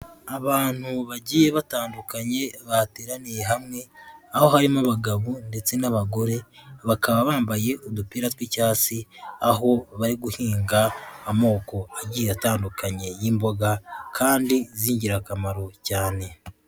Abantu bagiye batandukanye bateraniye hamwe aho harimo abagabo ndetse n'abagore bakaba bambaye udupira tw'icyatsi aho bari guhinga amoko agiye atandukanye y'imboga kandi z'ingirakamaro cyane.